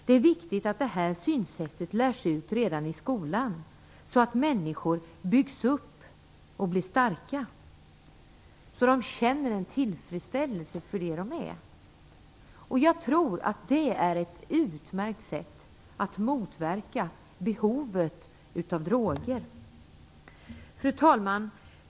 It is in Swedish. Det är viktigt att detta synsätt lärs ut redan i skolan, så att människor byggs upp och blir starka och så att de känner en tillfredsställelse över vad de är. Jag tror att det är ett utmärkt sätt att motverka behovet av droger. Fru talman!